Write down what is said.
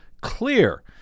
clear